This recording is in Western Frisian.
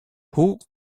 hoe